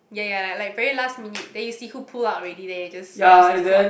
ya ya ya like very last minute then you see who pull out already then you just just slot